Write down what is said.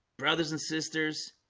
brothers and sisters